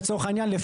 לצורך העניין,